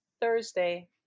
Thursday